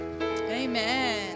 Amen